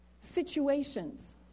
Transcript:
situations